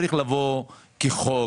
הוא צריך לבוא כחוק,